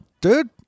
dude